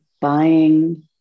buying